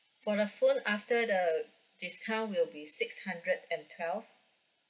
for the phone after the discount will be six hundred and twelve